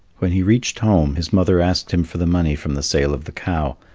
when he reached home, his mother asked him for the money from the sale of the cow.